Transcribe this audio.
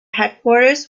headquarters